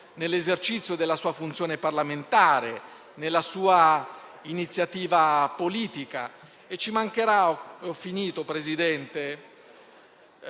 nell'esercizio della sua funzione parlamentare e nella sua iniziativa politica.